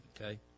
okay